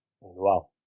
Wow